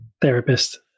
therapist